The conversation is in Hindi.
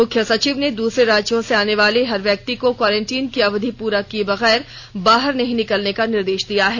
मुख्य सचिव ने दूसरे राज्यों से आने वाले हर व्यक्ति को क्वारटिन की अवधि पूरा किए बगैर बाहर नहीं निकलने का निर्देश दिया है